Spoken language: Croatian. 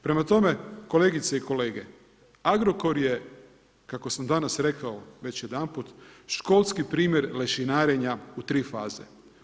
Prema tome, kolegice i kolege, Agrokor je, kako sam danas rekao već jedanput, školski primjer lešinarenja u 3 faze.